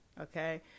Okay